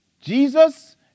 Jesus